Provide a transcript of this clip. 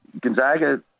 Gonzaga